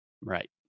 Right